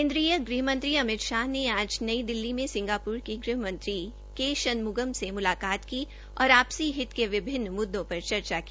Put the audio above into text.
केन्द्रीय गृह मंत्री अमित शाह ने आज नई दिल्ली में सिंगापुर के गृहमंत्री के शनमुगम से मुलाकात की और आपसी हित के विभिन्न मुददों पर चर्चा की